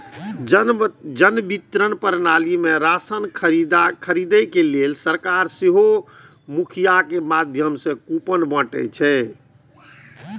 जन वितरण प्रणाली मे राशन खरीदै लेल सरकार सेहो मुखियाक माध्यम सं कूपन बांटै छै